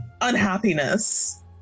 unhappiness